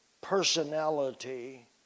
personality